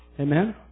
Amen